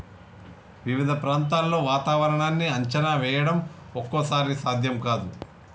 వివిధ ప్రాంతాల్లో వాతావరణాన్ని అంచనా వేయడం ఒక్కోసారి సాధ్యం కాదు